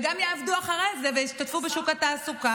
וגם יעבדו אחר כך וישתתפו בשוק התעסוקה.